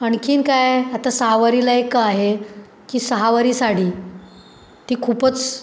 आणखी काय आता सहावारीला एक आहे की सहावारी साडी ती खूपच